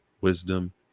wisdom